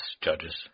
judges